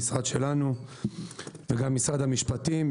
המשרד שלנו וגם משרד המשפטים,